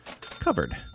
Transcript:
covered